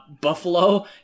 Buffalo